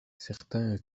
certains